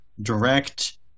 direct